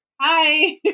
Hi